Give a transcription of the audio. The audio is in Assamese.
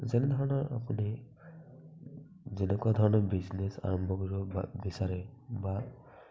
যেনে ধৰণৰ আপুনি যেনেকুৱা ধৰণৰ বিজনেচ আৰম্ভ কৰিব বা বিচাৰে বা